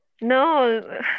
No